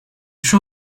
show